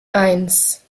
eins